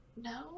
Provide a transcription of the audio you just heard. No